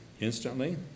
instantly